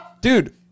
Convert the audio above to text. dude